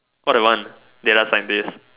what I want data scientist